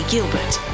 Gilbert